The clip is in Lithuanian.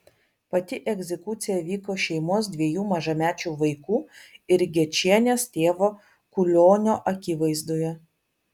pati egzekucija vyko šeimos dviejų mažamečių vaikų ir gečienės tėvo kulionio akivaizdoje